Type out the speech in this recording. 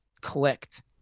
clicked